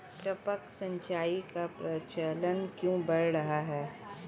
टपक सिंचाई का प्रचलन क्यों बढ़ रहा है?